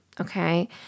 okay